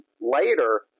later